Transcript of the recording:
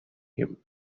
him